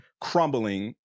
crumbling